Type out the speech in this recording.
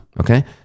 okay